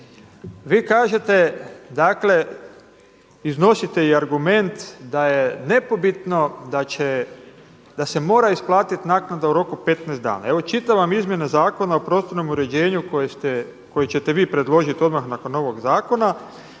Vi kažete, dakle iznosite i argument da je nepobitno da će, da se mora isplatiti naknada u roku od 15 dana. Evo čitam vam izmjene Zakona o prostornom uređenju koje ste, koje ćete vi predložiti odmah nakon ovog zakona.